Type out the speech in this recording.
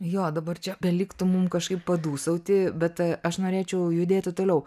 jo dabar čia beliktų mum kažkaip padūsauti bet aš norėčiau judėti toliau